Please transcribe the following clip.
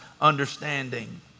understanding